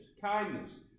kindness